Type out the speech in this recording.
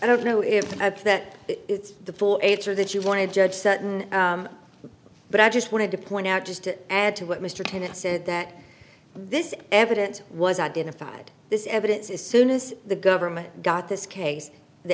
i don't know if that is the full ater that you want to judge certain but i just wanted to point out just to add to what mr tenet said that this evidence was identified this evidence as soon as the government got this case the